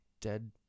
dead